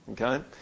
Okay